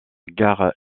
gare